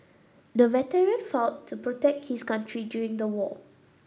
the veteran fought to protect his country during the war